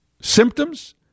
symptoms